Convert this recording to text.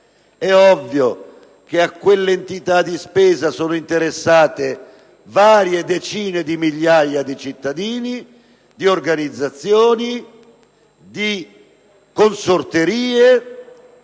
È ovvio che a quella entità di spesa sono interessati, da una parte, varie decine di migliaia di cittadini, di organizzazioni, di consorterie,